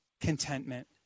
contentment